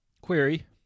Query